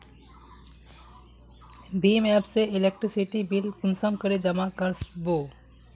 भीम app से electricity bill कुंसम करे जमा कर बो?